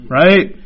right